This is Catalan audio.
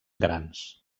grans